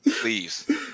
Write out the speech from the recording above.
please